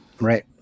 Right